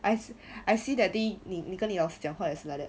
I see I see that day 你你跟你的老师讲话也是 like that